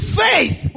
faith